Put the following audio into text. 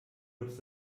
kurz